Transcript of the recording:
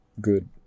good